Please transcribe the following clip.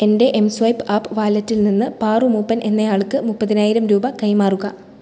എൻ്റെ mSwipe app വാലറ്റിൽനിന്ന് പാറു മൂപ്പൻ എന്നയാൾക്ക് മുപ്പതിനായിരം രൂപ കൈമാറുക